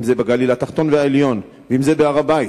אם זה בגליל התחתון והעליון ואם זה בהר-הבית,